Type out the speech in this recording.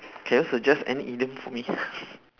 can you suggest any idiom for me